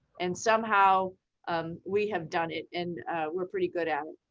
and somehow um we have done it and we're pretty good at it.